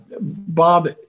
Bob